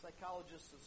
Psychologists